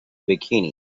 bikini